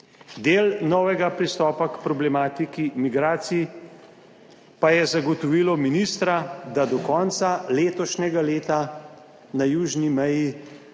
Del novega pristopa k problematiki migracij pa je zagotovilo ministra, da do konca letošnjega leta na južni meji